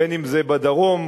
אם בדרום,